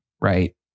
right